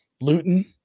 Luton